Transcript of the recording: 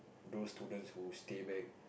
those student who stay back